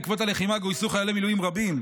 בעקבות הלחימה גויסו חיילי מילואים רבים,